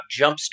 jumpstart